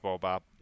Bob